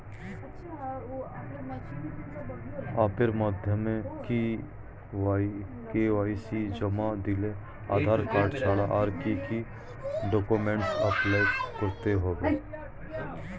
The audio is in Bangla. অ্যাপের মাধ্যমে কে.ওয়াই.সি জমা দিলে আধার কার্ড ছাড়া আর কি কি ডকুমেন্টস আপলোড করতে হবে?